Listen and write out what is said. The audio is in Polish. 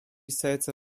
serca